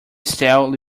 stale